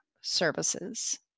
services